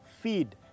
feed